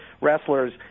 wrestlers